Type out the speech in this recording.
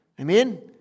Amen